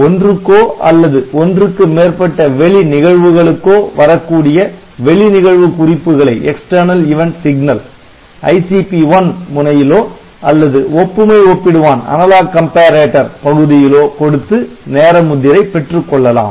ஒன்றுக்கோ அல்லது ஒன்றுக்கு மேற்பட்ட வெளி நிகழ்வுகளுக்கோ வரக்கூடிய வெளி நிகழ்வு குறிப்புகளை ICP1 முனையிலோ அல்லது ஒப்புமை ஒப்பிடுவான் பகுதியிலோ கொடுத்து நேர முத்திரை பெற்றுக் கொள்ளலாம்